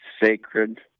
Sacred